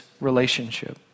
relationship